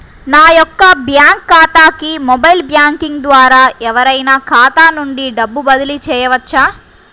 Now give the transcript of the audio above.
నా యొక్క బ్యాంక్ ఖాతాకి మొబైల్ బ్యాంకింగ్ ద్వారా ఎవరైనా ఖాతా నుండి డబ్బు బదిలీ చేయవచ్చా?